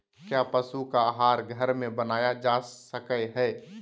क्या पशु का आहार घर में बनाया जा सकय हैय?